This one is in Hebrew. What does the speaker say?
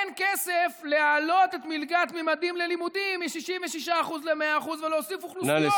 אין כסף להעלות את מלגת ממדים ללימודים מ-66% ל-100% ולהוסיף אוכלוסיות,